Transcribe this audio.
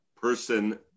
person